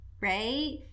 right